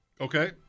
Okay